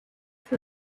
für